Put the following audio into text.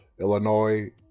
Illinois